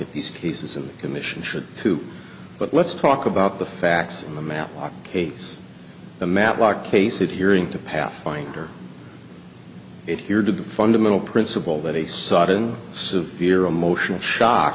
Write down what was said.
at these cases and the commission should too but let's talk about the facts the map case the matlock case and hearing to pathfinder it here to the fundamental principle that a sudden severe emotional shock